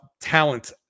talent